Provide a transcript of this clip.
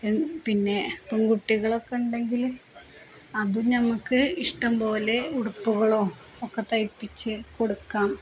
പിന്നെ പൺകുട്ടികളൊക്കെ ഉണ്ടെങ്കില് അതും നമ്മള്ക്ക് ഇഷ്ടംപോലെ ഉടുപ്പുകളോ ഒക്കെ തയ്പ്പിച്ചുകൊടുക്കാം